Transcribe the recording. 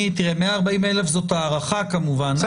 140,000 זו הערכה כמובן.